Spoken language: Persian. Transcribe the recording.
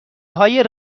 های